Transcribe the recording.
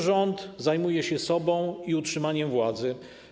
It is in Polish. Rząd zajmuje się sobą i utrzymaniem władzy.